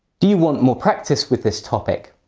do you want more practice with this topic?